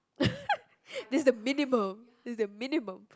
this the minimum it's the minimum